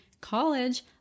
college